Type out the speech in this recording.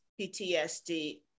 PTSD